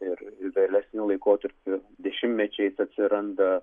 ir vėlesnių laikotarpių dešimtmečiais atsiranda